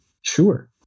Sure